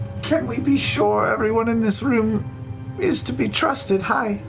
can we be sure everyone in this room is to be trusted? hi,